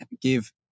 give